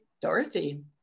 Dorothy